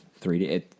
3D